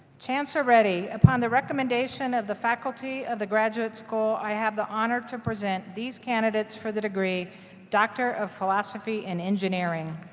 chancellor reddy, upon the recommendation of the faculty of the graduate school, i have the honor to present these candidates for the degree doctor of philosophy in engineering.